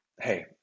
hey